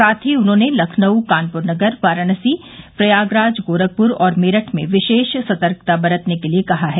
साथ ही उन्होंने लखनऊ कानपुर नगर वाराणसी प्रयागराज गोरखपुर और मेरठ में विशेष सतर्कता बरतने के लिये कहा है